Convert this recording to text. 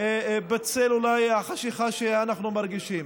אולי בצל החשכה שאנחנו מרגישים.